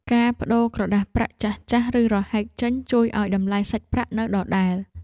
ការប្តូរក្រដាសប្រាក់ចាស់ៗ ឬរហែកចេញ ជួយឱ្យតម្លៃសាច់ប្រាក់នៅដដែល។